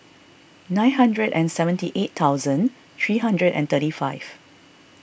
nine hundred and seventy eight thousand three hundred and thirty five